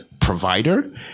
provider